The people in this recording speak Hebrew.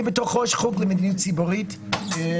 אני בתור ראש חוג למדיניות ציבורית חיזקתי